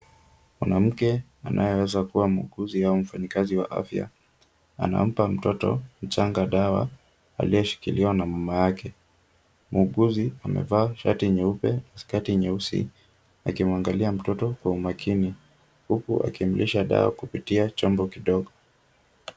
Mwanamke anayeweza kuwa muuguzi au mfanyikazi wa afya anampa mtoto mchanga dawa aliyeshikiliwa na mama yake. Muuguzi amevaa shati nyeupe, skati nyeusi akimwangalia mtoto kwa umakini huku akimlisha dawa kupitia chombo kidogo.